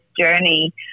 journey